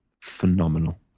phenomenal